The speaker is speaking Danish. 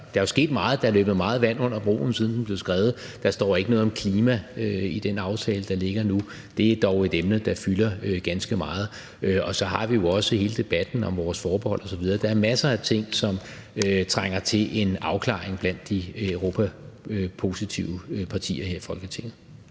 der er jo sket meget. Der er løbet meget vand under broen, siden den blev skrevet. Der står ikke noget om klima i den aftale, der ligger nu, og det er dog et emne, der fylder ganske meget, og så har vi jo også hele debatten om vores forbehold osv. Der er masser af ting, som trænger til en afklaring blandt de europapositive partier her i Folketinget